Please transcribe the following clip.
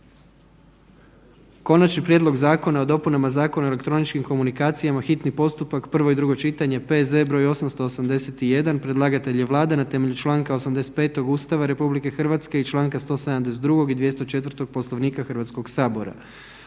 Konačni prijedlog zakona o dopunama Zakona o elektroničkim komunikacijama, hitni postupak, prvo i drugo čitanje, P.Z. br. 881. Predlagatelj je Vlada na temelju Članka 85. Ustava RH i Članka 172. i 204. Poslovnika Hrvatskog sabora.